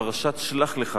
פרשת שלח לך,